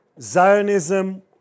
Zionism